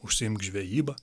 užsiimk žvejyba